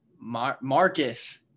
Marcus